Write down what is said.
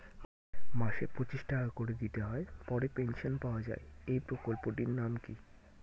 মাসিক পঁচিশ টাকা করে দিতে হয় পরে পেনশন পাওয়া যায় এই প্রকল্পে টির নাম কি?